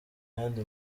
yandi